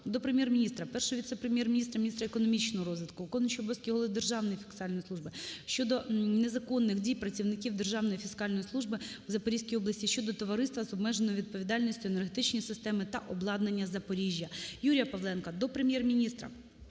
до Прем'єр-міністра, Першого віце-прем'єр-міністра - міністра економічного розвитку, виконуючого обов'язки Голови Державної фіскальної служби щодо незаконних дій працівників Державної фіскальної служби в Запорізькій області щодо Товариства з обмеженою відповідальністю "Енергетичні системи та обладнання Запоріжжя". Юрія Павленка до Прем'єр-міністра